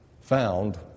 Found